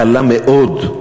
קלה מאוד.